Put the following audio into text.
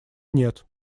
нет